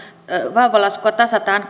vauvalaskua tasataan